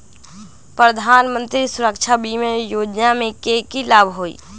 प्रधानमंत्री सुरक्षा बीमा योजना के की लाभ हई?